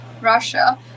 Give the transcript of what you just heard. Russia